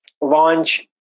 launch